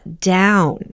down